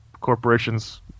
corporations